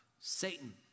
Satan